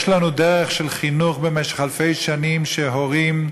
יש לנו דרך של חינוך במשך אלפי שנים, שהורים,